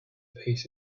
peace